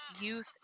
youth